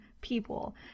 people